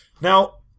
Now